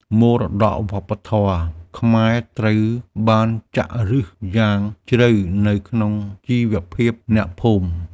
មរតកវប្បធម៌ខ្មែរត្រូវបានចាក់ឫសយ៉ាងជ្រៅនៅក្នុងជីវភាពអ្នកភូមិ។